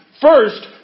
first